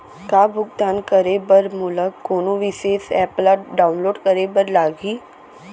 का भुगतान करे बर मोला कोनो विशेष एप ला डाऊनलोड करे बर लागही